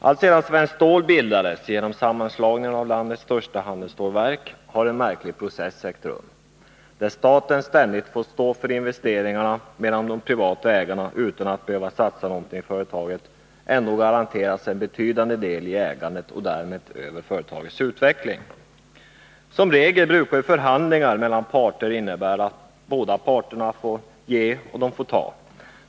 Alltsedan Svenskt Stål bildades genom sammanslagningen av landets största handelsstålsverk har en märklig process ägt rum, där staten ständigt fått stå för investeringarna, medan de privata ägarna utan att behöva satsa någonting i företaget ändå garanterats en betydande del i ägandet och därmed över företagets utveckling. Som regel innebär förhandlingar mellan parter att båda parter får ge och ta.